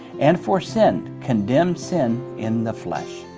and for sin, condemned sin in the flesh